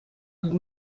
goût